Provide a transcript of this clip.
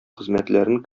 хезмәтләрен